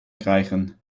krijgen